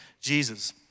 Jesus